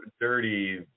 dirty